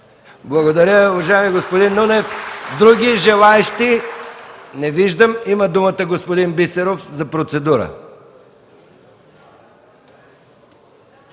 Благодаря, уважаеми господин Нунев. Други желаещи? Не виждам. Има думата господин Бисеров за процедура.